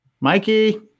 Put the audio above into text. Mikey